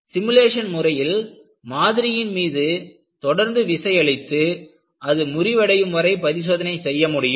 simulation முறையில் மாதிரியின் மீது தொடர்ந்து விசை அளித்து அது முறிவடையும் வரை பரிசோதனை செய்ய முடியும்